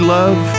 love